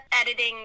editing